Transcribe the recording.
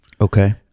Okay